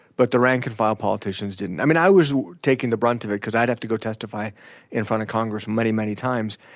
but the rank-and-file politicians didn't. i mean, i was taking the brunt of it because i'd have to go testify in of congress many, many times.